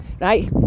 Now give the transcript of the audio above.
right